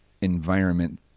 environment